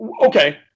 Okay